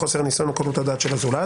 חוסר ניסיון או קלות הדעת של הזולת,